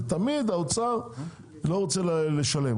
תמיד האוצר לא רוצה לשלם.